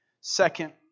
Second